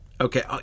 Okay